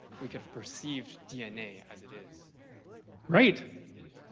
we could perceive dna as it is right